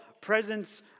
presence